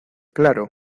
claro